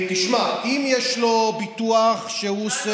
תשמע, אם יש לו ביטוח שהוא,